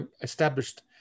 established